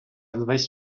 весь